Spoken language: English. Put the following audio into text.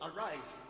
Arise